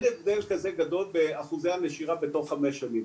אין הבדל כזה גדול באחוזי הנשירה בתוך חמש שנים.